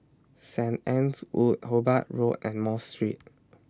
Saint Anne's Wood Hobart Road and Mosque Street